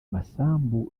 masambu